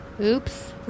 Oops